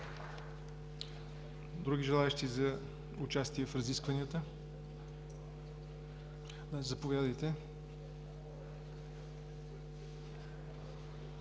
Други желаещи за участие в разискванията? Заповядайте,